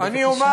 בבקשה אני אומר,